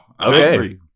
Okay